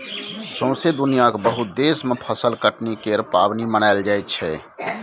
सौसें दुनियाँक बहुत देश मे फसल कटनी केर पाबनि मनाएल जाइ छै